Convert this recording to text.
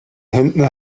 händen